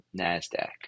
NASDAQ